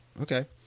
okay